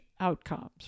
outcomes